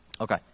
Okay